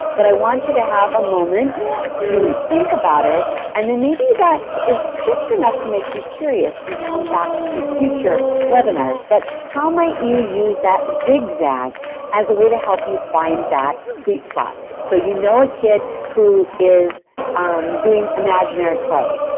but i want you to have a moment to think about it and then maybe that is just enough to make you curious and come back to future webinars. but, how might you use that zigzag as a way to help find that sweet spot? so, you know a kid who is um using imaginary play,